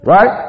Right